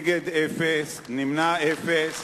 אין מתנגדים, אין נמנעים.